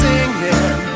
Singing